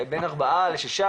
בין 4-6,